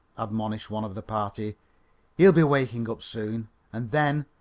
admonished one of the party he'll be waking up soon and then,